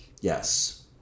Yes